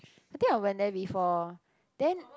I think I went there before then